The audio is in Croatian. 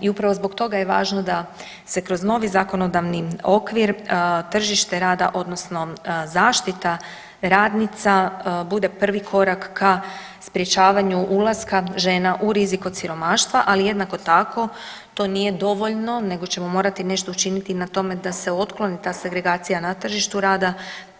I upravo zbog toga je važno da se kroz novi zakonodavni okvir tržište rada odnosno zaštita radnica bude prvi korak ka sprječavanju ulaska žena u rizik od siromaštva, ali jednako tako to nije dovoljno nego ćemo morati nešto učiniti na tom da se otkloni ta segregacija na tržištu rada